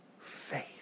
faith